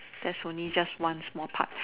that's only just one small part